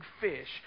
fish